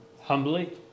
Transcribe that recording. humbly